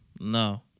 No